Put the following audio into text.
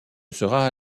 sera